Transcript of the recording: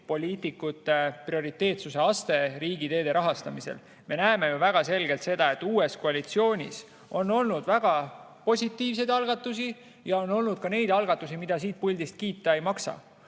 rahastamise prioriteetsuse aste. Me näeme ju väga selgelt, et uues koalitsioonis on olnud väga positiivseid algatusi ja on olnud ka neid algatusi, mida siit puldist kiita ei maksa.